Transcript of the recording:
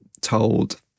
told